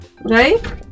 right